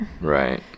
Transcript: right